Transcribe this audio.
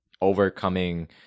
overcoming